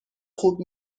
خوب